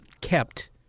kept